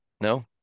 no